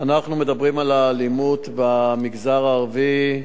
אנחנו מדברים על האלימות במגזר הערבי,